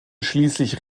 schließlich